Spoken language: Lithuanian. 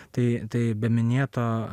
tai tai be minėto